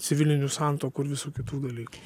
civilinių santuokų ir visų kitų dalykų